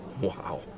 Wow